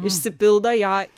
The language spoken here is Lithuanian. išsipildo jo